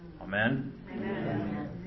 Amen